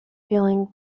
feeling